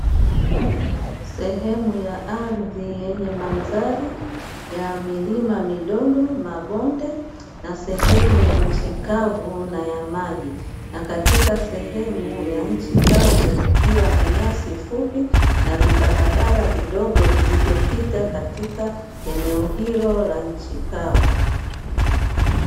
Sehemu ya ardhi yenye mandhari ya milima midogo, mabonde na sehemu ya nchi kavu na ya maji, na katika sehemu ya nchi kavu kukiwa na nyasi fupi, na vibarabara vidogo vilivyopita katika eneo hilo la nchi kavu.